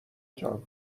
جان